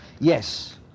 Yes